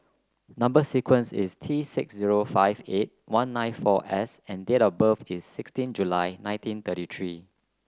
number sequence is T six zero five eight one nine four S and date of birth is sixteen July nineteen thirty three